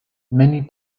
many